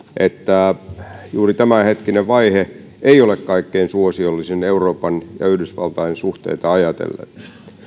että juuri tämänhetkinen vaihe ei ole kaikkein suosiollisin euroopan ja yhdysvaltain suhteita ajatellen